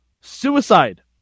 suicide